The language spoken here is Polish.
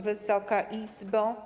Wysoka Izbo!